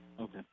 Okay